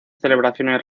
celebraciones